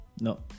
No